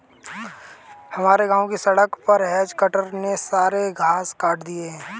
हमारे गांव की सड़क पर हेज कटर ने सारे घास काट दिए हैं